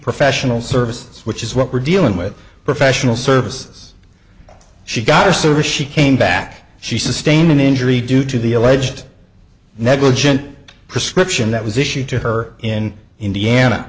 professional services which is what we're dealing with professional services she got a server she came back she sustained an injury due to the alleged negligent prescription that was issued to her in indiana